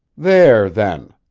there, then.